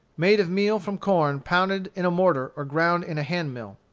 made of meal from corn pounded in a mortar or ground in a hand-mill.